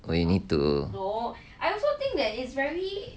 when you need to